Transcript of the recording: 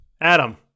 Adam